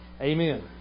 amen